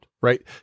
right